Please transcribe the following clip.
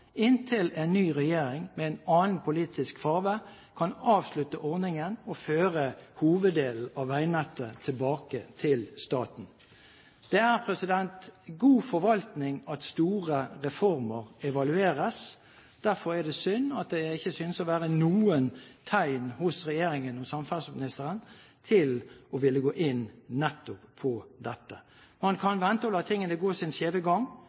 inntil en ny regjering med en annen politisk farge kan avslutte ordningen og føre hoveddelen av veinettet tilbake til staten. Det er god forvaltning at store reformer evalueres. Derfor er det synd at det ikke synes å være noen tegn hos regjeringen og samferdselsministeren til å ville gå inn nettopp på dette. Man kan vente og la tingene gå sin skjeve gang,